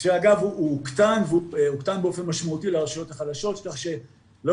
שאגב הוקטן באופן משמעותי לרשויות החלשות כך שלא